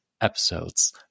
episodes